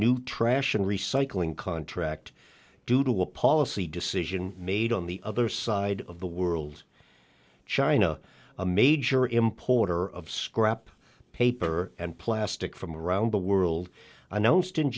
new trash and recycling contract due to a policy decision made on the other side of the world china a major importer of scrap paper and plastic from around the world announced in